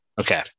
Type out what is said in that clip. Okay